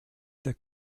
der